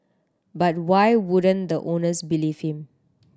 but why wouldn't the owners believe him